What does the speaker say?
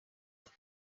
apfa